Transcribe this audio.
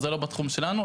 זה לא בתחום שלנו.